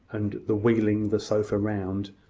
and the wheeling the sofa round,